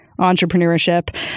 entrepreneurship